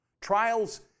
Trials